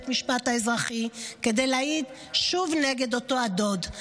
המשפט האזרחי כדי להעיד שוב נגד אותו הדוד,